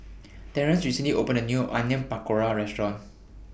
Terence recently opened A New Onion Pakora Restaurant